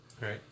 Right